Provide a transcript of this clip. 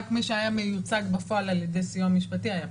רק מי שהיה מיוצג בפועל על ידי סיוע משפטי היה פטור.